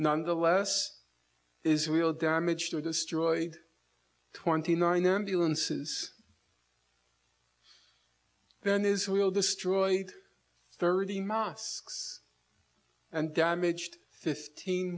nonetheless israel damaged or destroyed twenty nine ambulances then israel destroyed thirty mosques and damaged fifteen